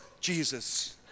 Jesus